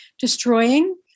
destroying